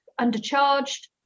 undercharged